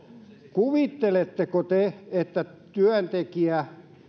kuvitteletteko te että työntekijä